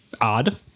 Odd